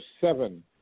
seven